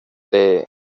the